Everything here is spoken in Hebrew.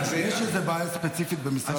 יש איזו בעיה ספציפית במשרד,